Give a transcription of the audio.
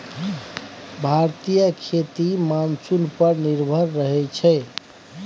भारतीय खेती मानसून पर निर्भर रहइ छै